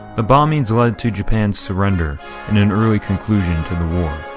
the bombings led to japan's surrender and an early conclusion to the war.